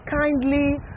kindly